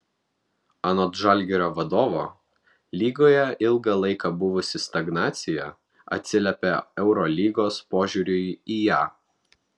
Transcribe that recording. anot žalgirio vadovo lygoje ilgą laiką buvusi stagnacija atsiliepė eurolygos požiūriui į ją